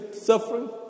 suffering